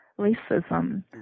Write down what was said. racism